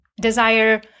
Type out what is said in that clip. Desire